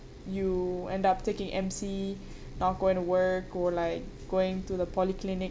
you end up taking M_C not going to work or like going to the polyclinic